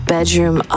Bedroom